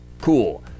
cool